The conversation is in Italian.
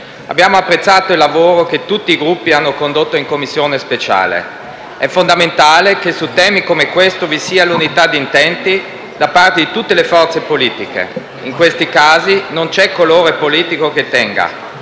Abbiamo apprezzato il lavoro che tutti i Gruppi hanno condotto in Commissione speciale. È fondamentale che su temi come questo vi sia unità di intenti da parte di tutte le forze politiche. In questi casi non c'è colore politico che tenga;